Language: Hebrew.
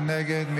מי נגד?